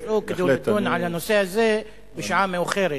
זאת כדי לדון על הנושא הזה בשעה מאוחרת.